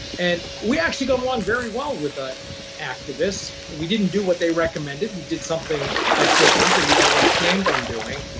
and we actually got along very well with the activist. we didn't do what they recommended. we did something ah different that we'd already planned on doing.